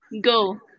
Go